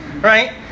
right